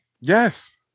Yes